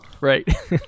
Right